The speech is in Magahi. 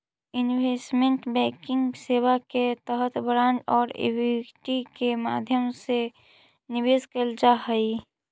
इन्वेस्टमेंट बैंकिंग सेवा के तहत बांड आउ इक्विटी के माध्यम से निवेश कैल जा हइ